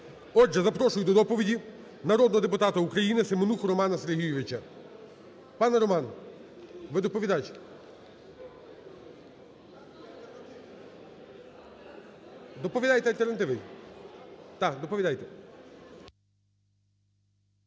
Отже, запрошую до доповіді народного депутата України Семенуху Романа Сергійовича. Пане Роман, ви – доповідач. Доповідайте альтернативний, так, доповідайте.